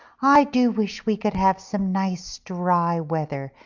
i do wish we could have some nice dry weather,